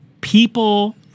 people